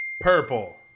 Purple